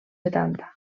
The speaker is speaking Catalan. setanta